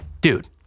Dude